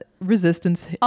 resistance